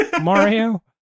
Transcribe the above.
Mario